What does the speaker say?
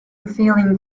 feeling